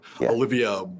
Olivia